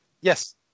Yes